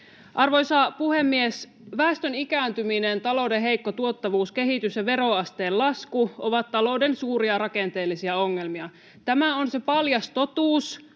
Arvoisa puhemies! Väestön ikääntyminen, talouden heikko tuottavuuskehitys ja veroasteen lasku ovat talouden suuria rakenteellisia ongelmia. Tämä on se paljas totuus,